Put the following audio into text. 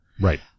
Right